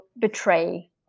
betray